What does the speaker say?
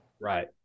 right